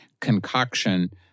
concoction